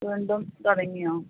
വീണ്ടും തുടങ്ങിയോ